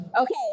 Okay